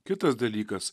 kitas dalykas